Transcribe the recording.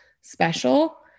special